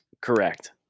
Correct